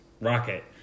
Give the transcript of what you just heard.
Rocket